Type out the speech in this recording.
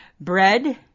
bread